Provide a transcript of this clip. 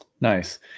Nice